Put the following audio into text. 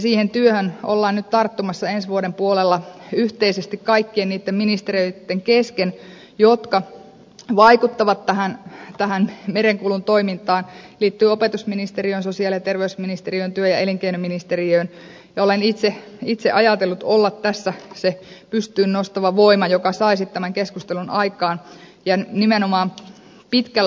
siihen työhön ollaan nyt tarttumassa ensi vuoden puolella yhteisesti kaikkien niitten ministeriöitten kesken jotka vaikuttavat tähän merenkulun toimintaan liittyy opetusministeriöön sosiaali ja terveysministeriöön työ ja elinkei noministeriöön ja olen itse ajatellut olla tässä se pystyyn nostava voima joka saisi tämän keskustelun aikaan ja nimenomaan pitkällä aikavälillä